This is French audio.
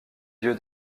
lieu